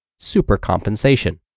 Supercompensation